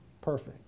Perfect